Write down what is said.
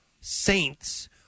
saints